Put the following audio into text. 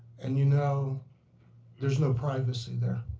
and you know there's no privacy there.